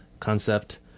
Concept